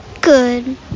Good